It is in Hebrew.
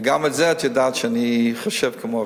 גם על זה את יודעת שאני חושב כמוך,